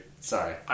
Sorry